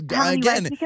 again